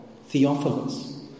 Theophilus